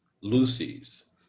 Lucy's